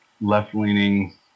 left-leaning